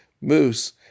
Moose